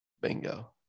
Bingo